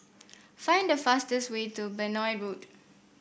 Find the fastest way to Benoi Road